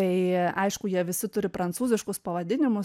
tai aišku jie visi turi prancūziškus pavadinimus